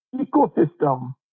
ecosystem